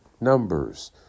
numbers